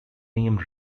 name